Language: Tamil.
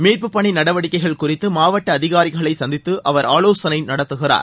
மீட்பு பணி நடவடிக்கைகள் குறித்து மாவட்ட அதிகாரிகளை சந்தித்து அவர் ஆலோசனை நடத்துகிறார்